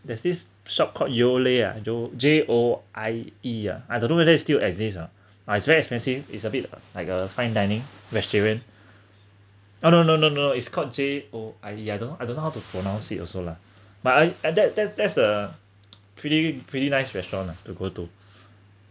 there's this shop called Joie ah jo~ J_O_I_E uh I don't know whether is still exist ah but it's very expensive it's a bit like a fine dining vegetarian no no no no no is called J_O_I_E I don't I don't know how to pronounce it also lah but I that there's there's a pretty pretty nice restaurant ah to go to